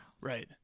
Right